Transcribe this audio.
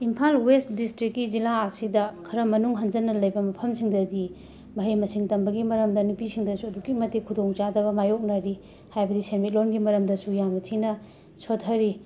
Imphal west ꯗꯤꯁꯇ꯭ꯔꯤꯛꯀꯤ ꯖꯤꯂꯥ ꯑꯁꯤꯗ ꯈꯔ ꯃꯅꯨꯡ ꯍꯟꯖꯟꯅ ꯂꯩꯕ ꯃꯐꯝꯁꯤꯡꯗꯗꯤ ꯃꯍꯩ ꯃꯁꯤꯡ ꯇꯝꯕꯒꯤ ꯃꯔꯝꯗ ꯅꯨꯄꯤꯁꯤꯡꯗꯁꯨ ꯑꯗꯨꯛꯀꯤ ꯃꯇꯤꯛ ꯈꯨꯗꯣꯡ ꯆꯥꯗꯕ ꯃꯥꯌꯣꯛꯅꯔꯤ ꯍꯥꯏꯕꯗꯤ ꯁꯦꯟꯃꯤꯠꯂꯣꯟꯒꯤ ꯃꯔꯝꯗꯁꯨ ꯌꯥꯝꯅ ꯊꯤꯅ ꯁꯣꯊꯔꯤ